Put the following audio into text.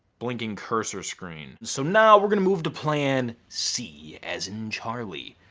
blinking cursor screen. so now we're gonna move to plan c, as in charlie,